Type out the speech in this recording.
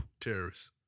Terrorists